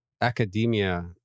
academia